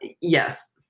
yes